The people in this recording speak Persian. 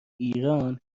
ایران